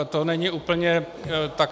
To není úplně tak.